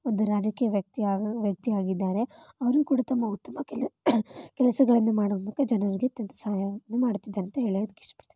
ಒಂದು ರಾಜಕೀಯ ವ್ಯಕ್ತಿ ಆಗಿ ವ್ಯಕ್ತಿ ಆಗಿದ್ದಾರೆ ಅವರೂ ಕೂಡ ತುಂಬ ಉತ್ತಮ ಕೆಲ ಕೆಲಸಗಳನ್ನು ಮಾಡೋ ಮೂಲಕ ಜನರಿಗೆ ಅತ್ಯಂತ ಸಹಾಯವನ್ನು ಮಾಡುತ್ತಿದ್ದಾರೆ ಅಂತ ಹೇಳೋದಕ್ಕೆ ಇಷ್ಟಪಡ್ತೀನಿ